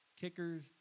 kickers